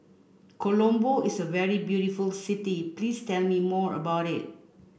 Colombo is a very beautiful city please tell me more about it